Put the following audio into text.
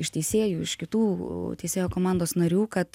iš teisėjų iš kitų teisėjo komandos narių kad